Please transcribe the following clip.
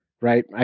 right